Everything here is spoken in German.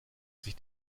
sich